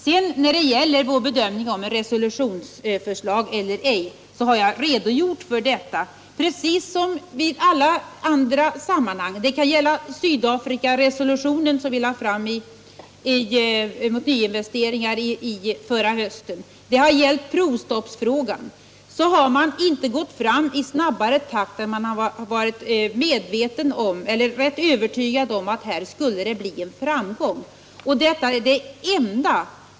När det sedan gäller vår bedömning av frågan om resolutionsförslag eller ej har jag gjort avvägningar på samma sätt som i alla andra sammanhang — det kan gälla Sydafrikaresolutionen som vi lade fram förra hösten, det kan gälla provstoppsfrågan. Vi har därvidlag inte gått fram i snabbare takt än att man varit rätt övertygad om att det här skulle bli en framgång.